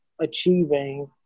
achieving